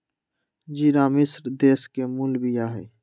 ज़िरा मिश्र देश के मूल बिया हइ